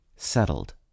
settled